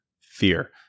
Fear